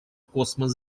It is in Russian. космос